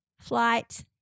flight